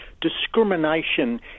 discrimination